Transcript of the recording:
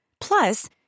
Plus